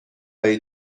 هایی